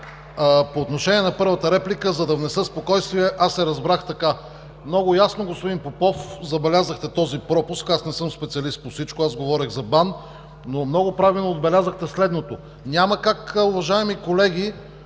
По отношение на първата реплика, за да внеса спокойствие, се разбрах така. Много ясно, господин Попов, забелязахте този пропуск. Аз не съм специалист по всичко, говорех за БАН. Много правилно отбелязахте следното. Няма как, уважаеми колеги,